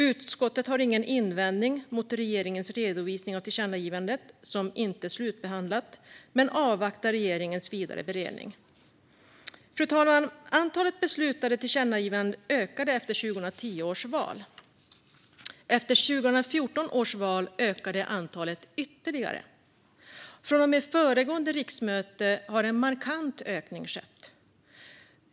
Utskottet har ingen invändning mot regeringens redovisning av tillkännagivandet som inte slutbehandlat men avvaktar regeringens vidare beredning. Fru talman! Antalet beslutade tillkännagivanden ökade efter 2010 års val. Efter 2014 års val ökade antalet ytterligare. Från och med föregående riksmöte har en markant ökning skett.